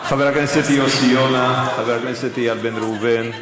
חבר הכנסת יוסי יונה, חבר הכנסת איל בן ראובן.